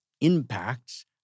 impacts